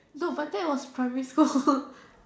no but that was primary school